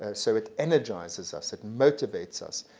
ah so it energizes us, it motivates us,